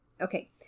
Okay